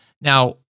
Now